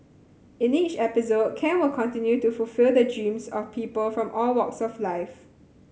in each episode Ken will continue to fulfil the dreams of people from all walks of life